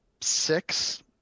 six